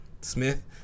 Smith